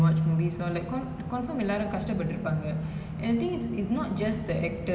and then the back back back uh backstage crew makeup artist